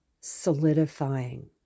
solidifying